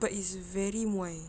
but it's very muai